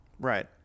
Right